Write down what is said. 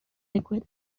liquid